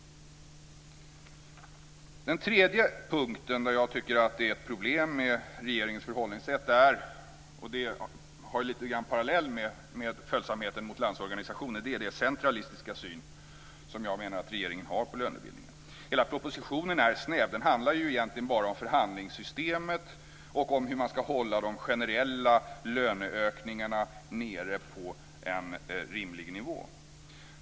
Den tredje punkten där jag tycker att det är ett problem med regeringens förhållningssätt är lite grann en parallell till följsamheten mot Landsorganisationen. Det gäller den centralistiska syn som jag menar att regeringen har på lönebildningen. Hela propositionen är snäv. Den handlar egentligen bara om förhandlingssystemet och om hur man ska hålla de generella löneökningarna nere på en rimlig nivå.